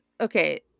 okay